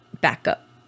backup